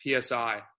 psi